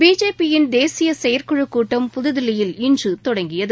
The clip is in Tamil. பிஜேபி யின் தேசிய செயற்குழுக்கூட்டம் புதுதில்லியில் இன்று தொடங்கியது